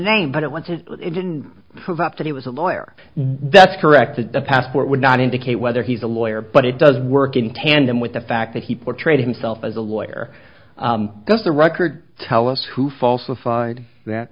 name but once it didn't prove up that he was a lawyer that's correct a passport would not indicate whether he's a lawyer but it does work in tandem with the fact that he portrayed himself as a lawyer does the record tell us who falsified